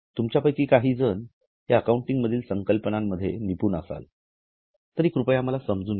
तुमच्या पैकी काही जण अकाउंटिंग मधील संकल्पना मध्ये निपुण असाल तरी कृपया मला समजूनघ्या